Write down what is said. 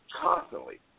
constantly